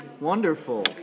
Wonderful